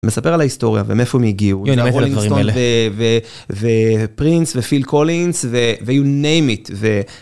נספר על ההיסטוריה ומאיפה הם הגיעו. כן הרולינג סטונס זה זה זה פרינס ופיל קולינס ו you name it